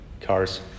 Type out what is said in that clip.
cars